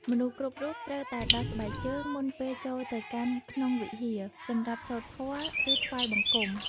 មនុស្សគ្រប់រូបត្រូវតែដោះស្បែកជើងមុនពេលចូលទៅកាន់ក្នុងវិហារសម្រាប់សូត្រធម៌ ឬថ្វាយបង្គំ។